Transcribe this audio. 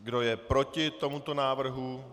Kdo je proti tomuto návrhu?